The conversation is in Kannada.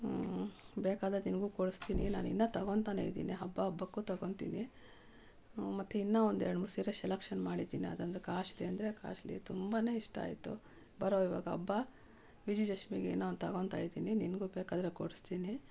ಬೇಕಾದರೆ ನಿನಗೂ ಕೊಡಸ್ತೀನಿ ನಾನು ಇನ್ನು ತಗೊತಾನೆ ಇದೀನಿ ಹಬ್ಬ ಹಬ್ಬಕ್ಕೂ ತಗೊತಿನಿ ಮತ್ತು ಇನ್ನು ಒಂದು ಎರಡು ಮೂರು ಸೀರೆ ಶೆಲಕ್ಷನ್ ಮಾಡಿದ್ದೀನಿ ಅದಂದ್ರೆ ಕಾಸ್ಟ್ಲಿ ಅಂದರೆ ಕಾಸ್ಟ್ಲಿ ತುಂಬಾ ಇಷ್ಟ ಆಯಿತು ಬರೋ ಇವಾಗ ಹಬ್ಬ ವಿಜಯ್ದಶ್ಮಿಗೆ ಏನೋ ಒಂದು ತಗೊತಾ ಇದೀನಿ ನಿನಗೂ ಬೇಕಾದರೆ ಕೊಡಿಸ್ತೀನಿ